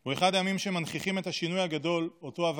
הוא אחד הימים שמנכיחים את השינוי הגדול שעבר